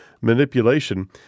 Manipulation